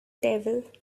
devil